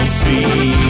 see